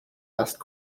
asked